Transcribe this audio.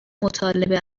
مطالبه